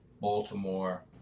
baltimore